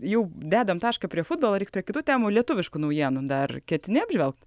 jau dedam tašką prie futbolo reiks prie kitų temų lietuviškų naujienų dar ketini apžvelgt